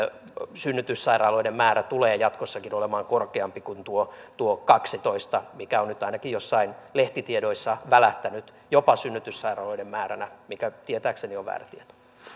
synnytyssairaaloiden määrä tulee jatkossakin olemaan korkeampi kuin tuo tuo kaksitoista mikä on nyt ainakin jossain lehtitiedoissa välähtänyt jopa synnytyssairaaloiden määränä mikä tietääkseni on väärä tieto